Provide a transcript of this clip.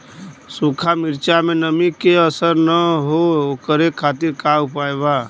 सूखा मिर्चा में नमी के असर न हो ओकरे खातीर का उपाय बा?